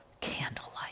candlelight